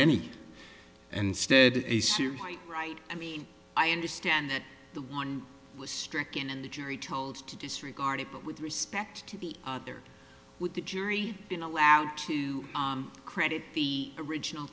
any ansted a serious point right i mean i understand that the one was stricken and the jury told to disregard it but with respect to the other with the jury been allowed to credit the original